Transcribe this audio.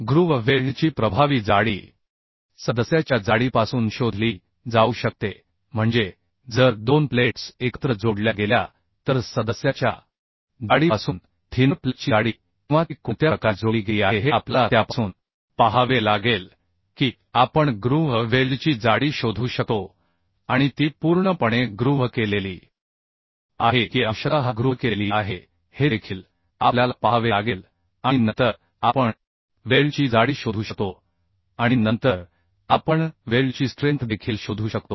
groove वेल्डची प्रभावी जाडी सदस्याच्या जाडीपासून शोधली जाऊ शकते म्हणजे जर 2 प्लेट्स एकत्र जोडल्या गेल्या तर सदस्याच्या जाडीपासून थिनर प्लेटची जाडी किंवा ती कोणत्या प्रकारे जोडली गेली आहे हे आपल्याला त्यापासून पाहावे लागेल की आपण ग्रूव्ह वेल्डची जाडी शोधू शकतो आणि ती पूर्णपणे ग्रूव्ह केलेली आहे की अंशतः ग्रूव्ह केलेली आहे हे देखील आपल्याला पाहावे लागेल आणि नंतर आपण वेल्डची जाडी शोधू शकतो आणि नंतर आपण वेल्डची स्ट्रेंथ देखील शोधू शकतो